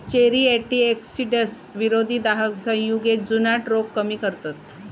cherry antioxidants, विरोधी दाहक संयुगे, जुनाट रोग कमी करतत